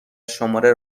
شماره